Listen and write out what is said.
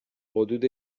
حدود